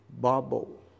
bubble